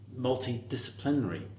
multidisciplinary